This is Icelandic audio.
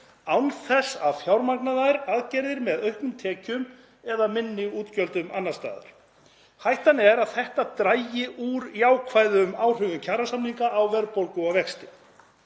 án þess að fjármagna þær aðgerðir með auknum tekjum eða minni útgjöldum annars staðar. Hættan er að þetta dragi úr jákvæðum áhrifum kjarasamninga á verðbólgu og vexti.